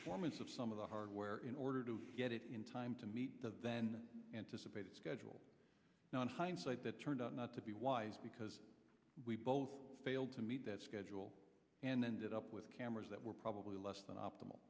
the formants of some of the hardware in order to get it in time to meet the van anticipated schedule now in hindsight that turned out not to be wise because we both failed to meet that schedule and then did up with cameras that were probably less than optimal